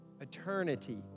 Eternity